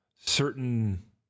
certain